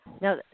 Now